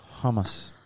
Hamas